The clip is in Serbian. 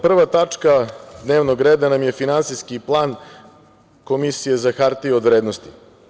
Prva tačka dnevnog reda nam je – finansijski plan Komisije za hartije od vrednosti.